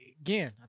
Again